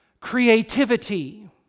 creativity